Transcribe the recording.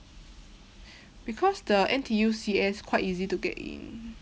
because the N_T_U C_S quite easy to get in